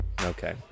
okay